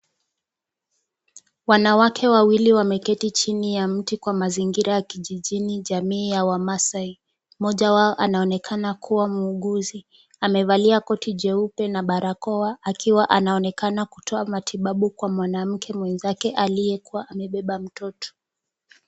Wanawake wawili wameketi chini ya mti kwa mazingira ya kijijini, jamii ya wa Maasai. Mmoja wao anaonekana kuwa muuguzi. Amevalia koti jeupe na barakoa akiwa anaonekana kutoa matibabu kwa mwanamke mwenzake aliyekuwa amebeba mtoto.